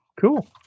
cool